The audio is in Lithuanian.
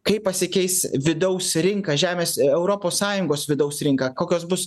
kaip pasikeis vidaus rinka žemės europos sąjungos vidaus rinka kokios bus